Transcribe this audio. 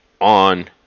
on